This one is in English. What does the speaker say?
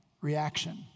reaction